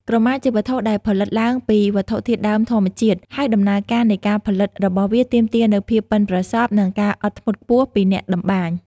ក្រមាជាវត្ថុដែលផលិតឡើងពីវត្ថុធាតុដើមធម្មជាតិ ហើយដំណើរការនៃការផលិតរបស់វាទាមទារនូវភាពប៉ិនប្រសប់ និងការអត់ធ្មត់ខ្ពស់ពីអ្នកតម្បាញ។